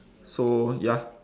so ya